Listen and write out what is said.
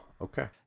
Okay